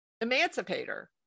emancipator